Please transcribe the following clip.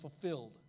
fulfilled